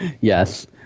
Yes